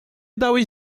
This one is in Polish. dałeś